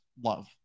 love